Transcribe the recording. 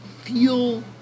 feel